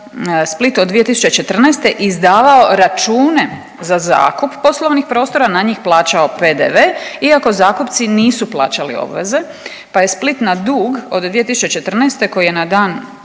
Split od 2014. izdavao račune za zakup poslovnih prostora, na njih plaćao PDV iako zakupci nisu plaćali obveze pa je Split na dug od 2014. koji je na dan